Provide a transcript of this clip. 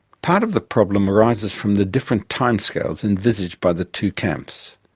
part of the problem arises from the different timescales envisaged by the two camps.